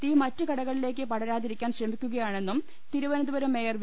തീ മറ്റ് കടകളിലേക്ക് പടരാതിരിക്കാൻ ശ്രമിക്കുക യാണെന്നും തിരുവനന്തപുരം മേയർ വി